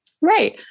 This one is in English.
Right